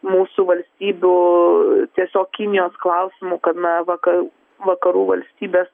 mūsų valstybių tiesiog kinijos klausimu kad na vaka vakarų valstybės